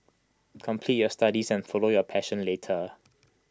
complete your studies and follow your passion later